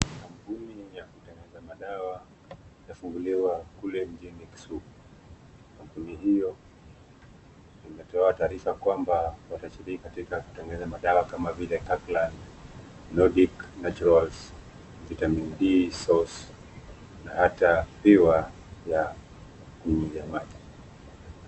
Kampuni ya kutengeneza madawa yafunguliwa kule mjini Kisumu. Kampuni hiyo imetoa taarifa kwamba watashiriki katika kutengeneza madawa kama vile Kirkland, Nordic Naturals, vitamin D source na hata pure ya kunywa ya maji.